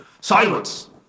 silence